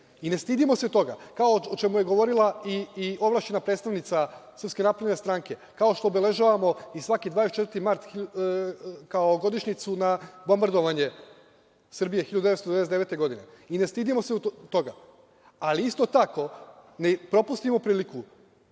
i ne stidimo se toga, o čemu je govorila i ovlašćena predstavnica SNS, kao što obeležavamo i svaki 24. mart kao godišnjicu bombardovanja Srbije 1999. godine i ne stidimo se toga. Ali isto tako ne propustimo priliku